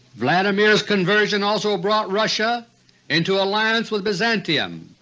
vladimir's conversion also brought russia into alliance with byzantium.